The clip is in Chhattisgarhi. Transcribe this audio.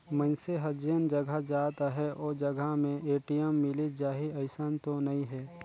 मइनसे हर जेन जघा जात अहे ओ जघा में ए.टी.एम मिलिच जाही अइसन तो नइ हे